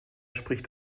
spricht